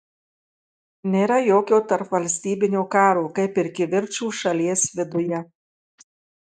nėra jokio tarpvalstybinio karo kaip ir kivirčų šalies viduje